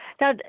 Now